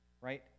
right